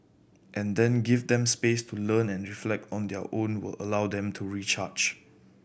and then give them space to learn and reflect on their own will allow them to recharge